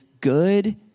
good